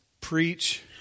preach